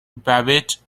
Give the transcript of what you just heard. babbitt